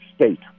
State